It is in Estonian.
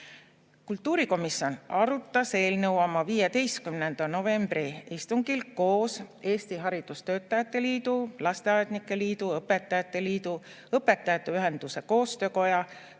Kultuurikomisjon arutas eelnõu oma 15. novembri istungil koos Eesti Haridustöötajate Liidu, Eesti Lasteaednike Liidu, Eesti Õpetajate Liidu, Õpetajate Ühenduste Koostöökoja,